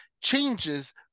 changes